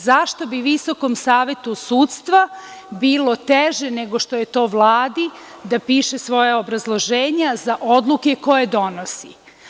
Zašto bi VSS bilo teže nego što je to Vladi da piše svoja obrazloženja za odluke koje donosi?